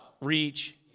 reach